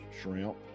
shrimp